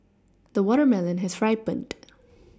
the watermelon has ripened